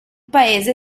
paese